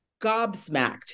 gobsmacked